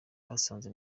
basanze